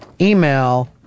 email